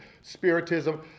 Spiritism